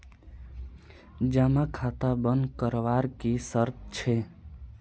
जमा खाता बन करवार की शर्त छे?